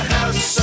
House